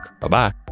Bye-bye